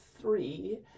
three